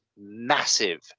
massive